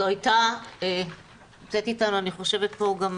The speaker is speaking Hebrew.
נמצאת איתנו כאן גם